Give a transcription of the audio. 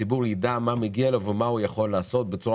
שהציבור ידע מה מגיע לו ומה הוא יכול לעשות בצורה